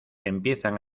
empiezan